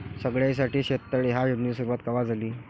सगळ्याइसाठी शेततळे ह्या योजनेची सुरुवात कवा झाली?